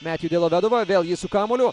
metju delovedova vėl jis su kamuoliu